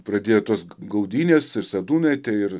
pradėtos gaudynės ir sadūnaitė ir